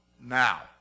Now